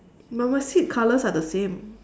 but my seat colours are the same